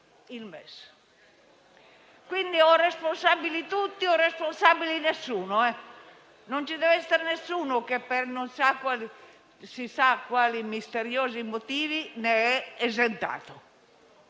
Quindi, o responsabili tutti o responsabile nessuno; non ci deve essere nessuno che per non si sa quali misteriosi motivi ne è esentato.